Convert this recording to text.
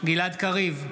גלעד קריב,